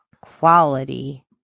quality